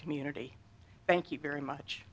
community thank you very much